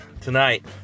tonight